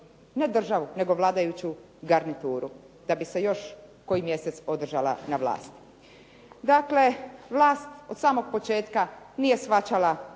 ne državu nego vladajuću garnituru da bi se još koji mjesec održala na vlasti. Dakle, vlast od samog početka nije shvaćala